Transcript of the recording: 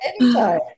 anytime